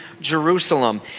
Jerusalem